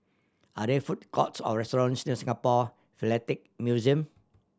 are there food courts or restaurants near Singapore Philatelic Museum